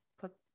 put